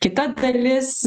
kita dalis